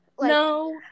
No